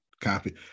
Copy